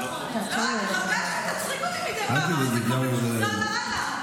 אבל זה כבר ממוחזר לאללה,